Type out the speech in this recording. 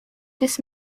this